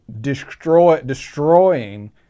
destroying